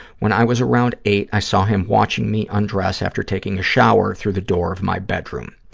when i was around eight, i saw him watching me undress after taking a shower through the door of my bedroom.